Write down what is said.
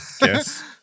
Yes